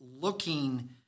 looking